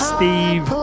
Steve